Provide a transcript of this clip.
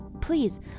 please